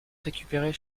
récupérer